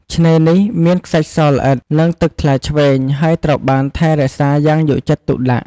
ឆ្នេនេះ មានខ្សាច់សល្អិត និងទឹកថ្លាឈ្វេង ហើយត្រូវបានថែរក្សាយ៉ាងយកចិត្តទុកដាក់។